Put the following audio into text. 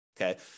okay